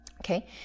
Okay